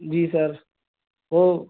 جی sir وہ